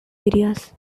areas